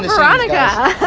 veronica!